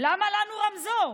למה לנו רמזור?